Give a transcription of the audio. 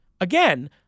again